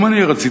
גם אני רציתי,